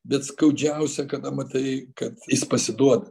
bet skaudžiausia kada matai kad jis pasiduoda